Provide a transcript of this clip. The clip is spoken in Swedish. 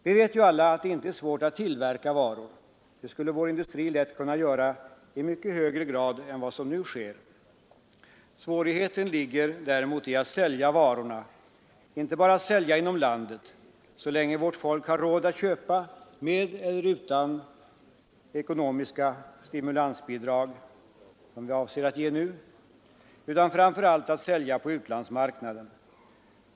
Vi vet alla att det inte är svårt att tillverka varor — det skulle vår industri lätt kunna göra i mycket större omfattning än som nu sker. Svårigheten ligger däremot i att sälja varorna. Inte bara att sälja inom landet — så länge vårt folk har råd att köpa, med eller utan sådana stimulansbidrag som vi nu avser att ge — utan framför allt att sälja på utlandsmarknaden.